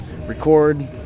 record